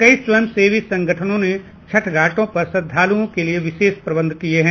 कई स्वयं सेवी संगठनों ने छठ घाटों पर श्रद्धालुओं के लिए विशेष प्रबन्ध किये हैं